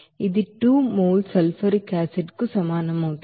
ఇది 2 mole sulphuric acid కు సమానం అవుతుంది